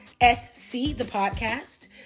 SCThePodcast